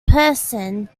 person